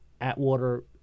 Atwater